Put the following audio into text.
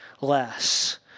less